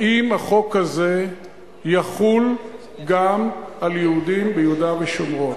האם החוק הזה יחול גם על יהודים ביהודה ושומרון.